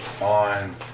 on